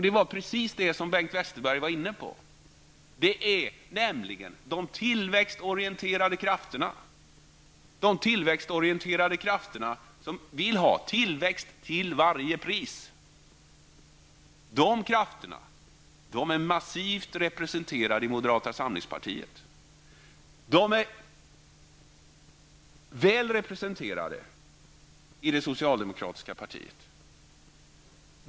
Det är, precis som Bengt Westerberg var inne på, de tillväxtorienterade krafterna, som vill ha tillväxt till varje pris. Dessa krafter är massivt representerade i moderata samlingspartiet. De är väl representerade i det socialdemokratiska partiet.